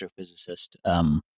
astrophysicist